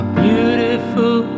beautiful